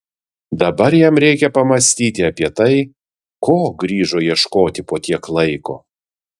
dabar jam reikia pamąstyti apie tai ko grįžo ieškoti po tiek laiko